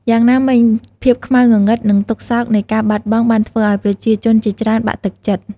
យ៉ាងណាមិញ ភាពខ្មៅងងឹត និងទុក្ខសោកនៃការបាត់បង់បានធ្វើឲ្យប្រជាជនជាច្រើនបាក់ទឹកចិត្ត។